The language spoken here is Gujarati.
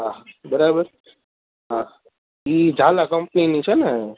હા બરાબર હા એ ઝાલા કંપનીની છે ને